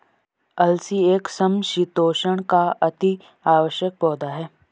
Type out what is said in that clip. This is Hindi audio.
अलसी एक समशीतोष्ण का अति आवश्यक पौधा है